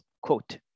quote